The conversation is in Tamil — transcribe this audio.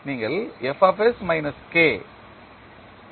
நீங்கள் f K